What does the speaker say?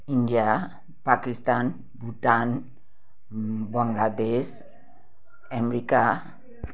India Pakistan Bhutan Bangladesh America